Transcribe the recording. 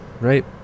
right